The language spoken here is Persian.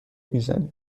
میزنی